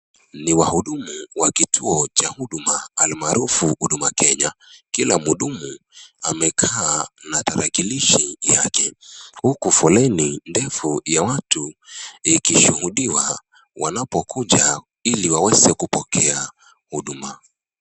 Ni wahudumu wa kituo cha huduma almaarufu Huduma Kenya. Kila mhudumu amekaa na tarakilishi yake huku foleni ndefu ya watu ikishuhudiwa wanapokuja ili waweze kupokea huduma.